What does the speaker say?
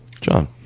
John